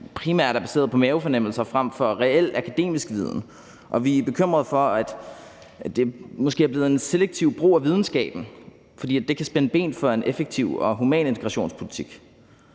primært er baseret på mavefornemmelser frem for reel akademisk viden, og vi er bekymret for, at der måske er kommet en selektiv brug af videnskaben, for det kan spænde ben for en effektiv og human integrationspolitik.